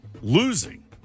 losing